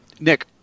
Nick